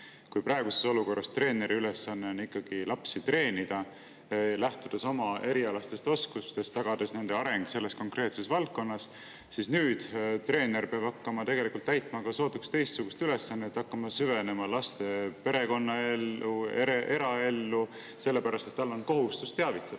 kui praeguses olukorras on treeneri ülesanne ikkagi lapsi treenida, lähtudes oma erialastest oskustest ja tagades nende arengu selles konkreetses valdkonnas, siis nüüd peab treener hakkama tegelikult täitma ka sootuks teistsugust ülesannet. [Ta peab] hakkama süvenema laste perekonna eraellu, sellepärast et tal on kohustus teavitada.